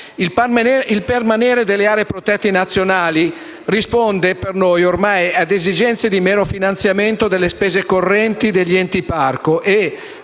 Il permanere delle aree protette nazionali risponde ormai a esigenze di mero finanziamento delle spese correnti degli enti parco